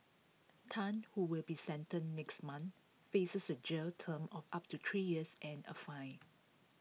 Tan who will be sentenced next month faces A jail term of up to three years and A fine